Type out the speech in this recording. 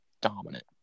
dominant